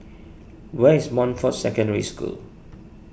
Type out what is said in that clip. where is Montfort Secondary School